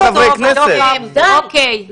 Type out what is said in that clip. אתם רוצים לצעוק או שאתם רוצים ל --- כי הם הממשלה,